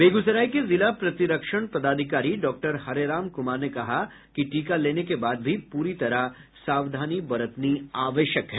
बेगूसराय के जिला प्रतिरक्षण पदाधिकारी डॉक्टर हरेराम कुमार ने कहा कि टीका लेने के बाद भी पूरी तरह सावधानी बरतनी आवश्यक है